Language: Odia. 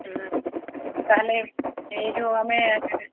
ହୁଁ ତା'ହେଲେ ଏଇ ଯୋଉ ଆମେ